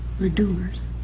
we're doers,